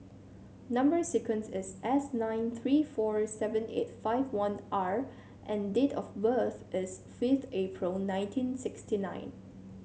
number sequence is S nine three four seven eight five one R and date of birth is fifth April nineteen sixty nine